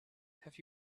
have